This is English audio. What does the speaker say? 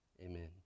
Amen